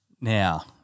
Now